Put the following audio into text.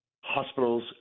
hospitals